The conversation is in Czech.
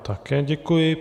Také děkuji.